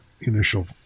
initial